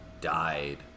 died